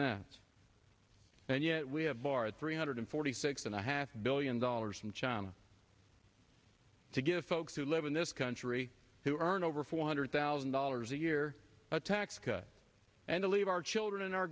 that and yet we have our three hundred forty six and a half billion dollars in china to give folks who live in this country who earn over four hundred thousand dollars a year a tax cut and to leave our children and our